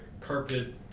carpet